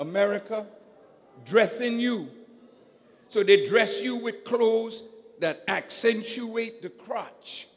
america dress in you so they dress you with clothes that accentuate the crotch